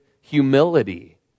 humility